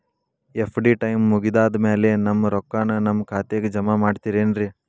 FD time ಮುಗಿದಾದ್ ಮ್ಯಾಲೆ ನಮ್ ರೊಕ್ಕಾನ ನಮ್ ಖಾತೆಗೆ ಜಮಾ ಮಾಡ್ತೇರೆನ್ರಿ?